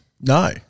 No